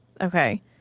Okay